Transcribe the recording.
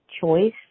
choice